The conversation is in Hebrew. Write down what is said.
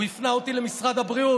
הוא הפנה אותי למשרד הבריאות.